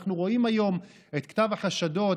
אנחנו רואים היום את כתב החשדות,